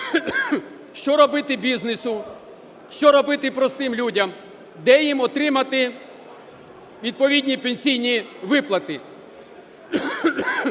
Що робити бізнесу, що робити простим людям? Де їм отримати відповідні пенсійні виплати?